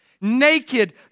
Naked